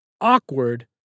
Awkward